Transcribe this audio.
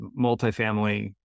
multifamily